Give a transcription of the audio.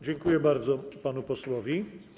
Dziękuję bardzo panu posłowi.